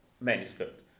manuscript